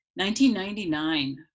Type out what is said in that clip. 1999